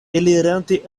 elirante